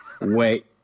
Wait